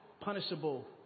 punishable